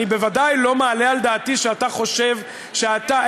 אני בוודאי לא מעלה על דעתי שאתה חושב שאתה,